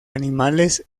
animales